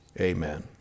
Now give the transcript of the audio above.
amen